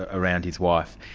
around his wife.